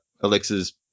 Alexa's